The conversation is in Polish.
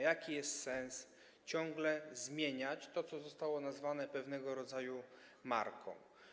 Jaki jest sens ciągłego zmieniania tego, co zostało nazwane pewnego rodzaju marką?